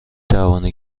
توانی